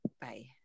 Bye